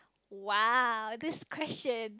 !wow! this question